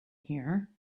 here